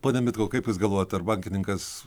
pone mitkau kaip jūs galvojat ar bankininkas